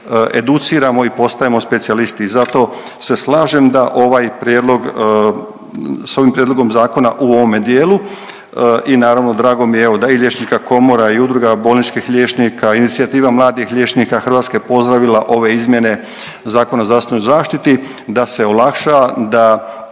educiramo i postajemo specijalisti. Zato se slažem da ovaj prijedlog, s ovim prijedlogom zakona u ovome dijelu i naravno drago mi je evo da je i Liječnička komora i Udruga bolničkih liječnika i Inicijativa mladih liječnika Hrvatske pozdravila ove izmjene Zakona o zdravstvenoj zaštiti da se olakša, da,